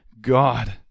God